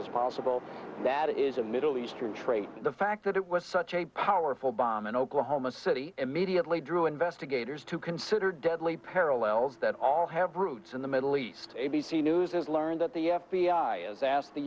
as possible that is a middle eastern trait the fact that it was such a powerful bomb in oklahoma city immediately drew investigators to consider deadly parallels that have roots in the middle east a b c news has learned that the f b i has asked the